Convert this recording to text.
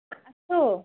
আছোঁ